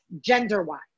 gender-wise